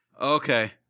Okay